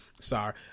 Sorry